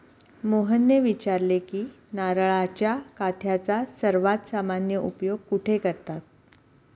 मोहनने विचारले की नारळाच्या काथ्याचा सर्वात सामान्य उपयोग कुठे करतात?